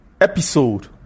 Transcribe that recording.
episode